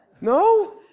No